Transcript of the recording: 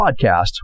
Podcast